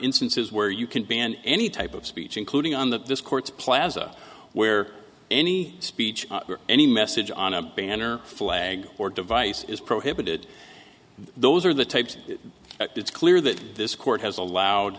instances where you can ban any type of speech including on the this court's plaza where any speech any message on a ban or flag or device is prohibited those are the types it's clear that this court has allowed